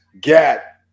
get